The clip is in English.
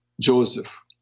Joseph